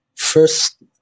First